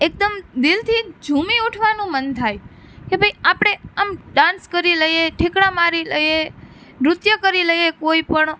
એકદમ દિલથી ઝુમી ઉઠવાનું મન થાય કે ભાઈ આપણે આમ ડાન્સ કરી લઈએ ઠેકડા મારી લઈએ નૃત્ય કરી લઈએ કોઈ પણ